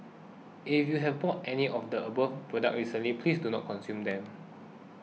if you have bought any of the above products recently please do not consume them